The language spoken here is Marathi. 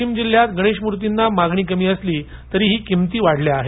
वाशिम जिल्ह्यात गणेशमूर्तीना मागणी कमी असली तरीही किमती वाढल्या आहेत